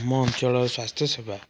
ଆମ ଅଞ୍ଚଳ ସ୍ୱାସ୍ଥ୍ୟସେବା